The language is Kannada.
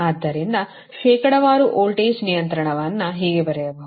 ಆದ್ದರಿಂದ ಶೇಕಡಾವಾರು ವೋಲ್ಟೇಜ್ ನಿಯಂತ್ರಣವನ್ನು ಅನ್ನು ಹೀಗೆ ಬರೆಯಬಹುದು